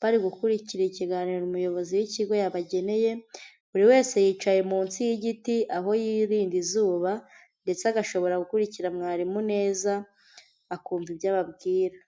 bari gukurikira ikiganiro umuyobozi w'ikigo yabageneye, buri wese yicaye munsi y'igiti aho yirinda izuba, ndetse agashobora gukurikira mwarimu neza, akumva ibyo ababwira.